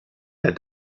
der